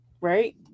right